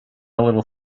little